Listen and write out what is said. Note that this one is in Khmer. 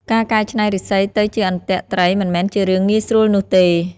ការកែច្នៃឫស្សីទៅជាអន្ទាក់ត្រីមិនមែនជារឿងងាយស្រួលនោះទេ។